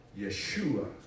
Yeshua